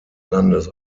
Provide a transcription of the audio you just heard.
landes